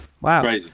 wow